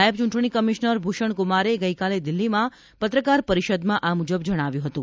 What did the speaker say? નાયબ ચૂંટણી કમિશનર ભુષણકુમારે ગઇકાલે દિલ્હીમાં પત્રકાર પરિષદમાં આ મુજબ જણાવ્યું હતું